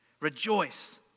Rejoice